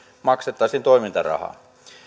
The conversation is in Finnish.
maksettaisiin toimintarahaa